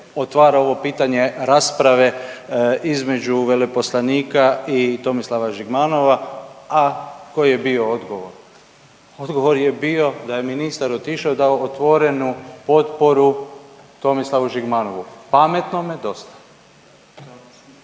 otvara ovo pitanje rasprave između veleposlanika i Tomislava Žigmanova, a koji je bio odgovor. Odgovor je bio da je ministar otišao i dao otvorenu potporu Tomislavu Žigmanovu. Pametnome dosta.